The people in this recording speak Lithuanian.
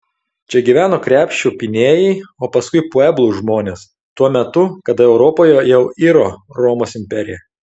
čia gyveno krepšių pynėjai o paskui pueblų žmonės tuo metu kada europoje jau iro romos imperija